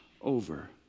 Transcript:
over